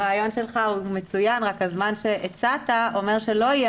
הרעיון שלך הוא מצוין אבל הזמן שהצעת אומר שלא יהיה